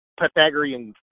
Pythagorean